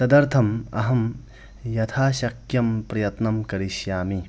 तदर्थम् अहं यथाशक्यं प्रयत्नं करिष्यामि